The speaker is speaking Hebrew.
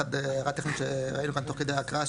אחת הערה טכנית שראינו אותה תוך כדי הקראה,